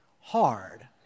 hard